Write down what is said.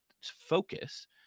focus